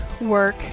work